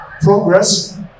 progress